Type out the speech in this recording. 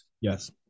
Yes